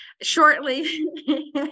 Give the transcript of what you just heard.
shortly